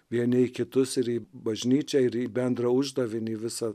vieni kitus ir į bažnyčią ir į bendrą uždavinį visą